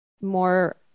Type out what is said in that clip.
more